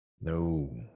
No